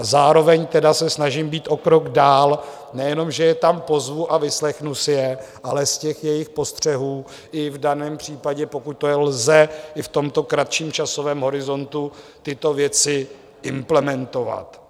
Zároveň se snažím být o krok dál nejenom že je tam pozvu a vyslechnu si je, ale z jejich postřehů i v daném případě, pokud to lze i v tomto kratším časovém horizontu, tyto věci implementovat.